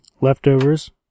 Leftovers